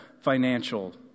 financial